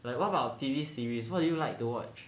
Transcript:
but what about T_V series what do you like to watch